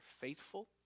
faithful